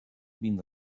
been